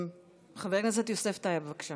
חבר הכנסת יוסף טייב, בבקשה.